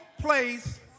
place